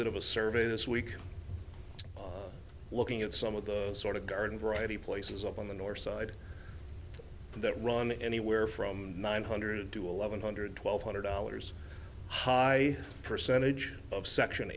bit of a survey this week looking at some of the sort of garden variety places up on the north side that run anywhere from nine hundred to eleven hundred twelve hundred dollars high percentage of section